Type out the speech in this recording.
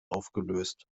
aufgelöst